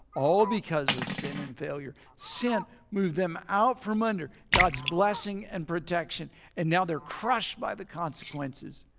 all because of sin and failure. sin move them out from under god's blessing and protection and now they're crushed by the consequences.